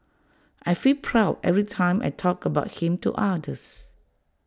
I feel proud every time I talk about him to others